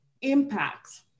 impacts